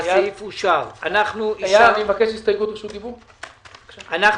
הצבעה נגד ההסתייגות רוב גדול ההסתייגות לא התקבלה.